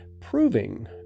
proving